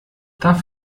darf